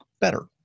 better